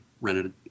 rented